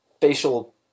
facial